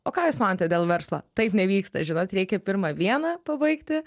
o ką jūs manote dėl verslo taip nevyksta žinot reikia pirmą vieną pabaigti